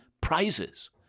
prizes